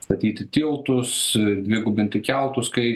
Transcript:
statyti tiltus dvigubinti keltus kai